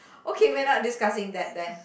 okay we are not discussing that then